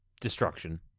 destruction